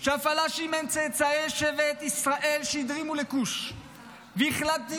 שהפלשים הם צאצאי שבטי ישראל שהדרימו לכוש --- והחלטתי